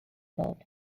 involved